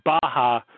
Baja